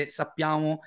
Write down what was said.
sappiamo